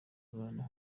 abantu